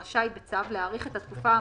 ברגע שיש צוות אפשר יהיה להאריך את הוראת השעה.